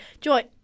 Joy